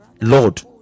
Lord